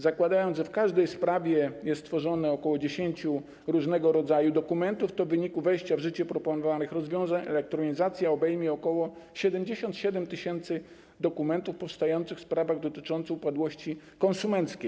Zakładając, że w każdej sprawie jest tworzone ok. 10 różnego rodzaju dokumentów, to w wyniku wejścia w życie proponowanych rozwiązań elektronizacja obejmie ok. 77 tys. dokumentów powstających w sprawach dotyczących upadłości konsumenckiej.